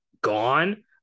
gone